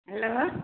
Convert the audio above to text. hello